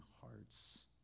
hearts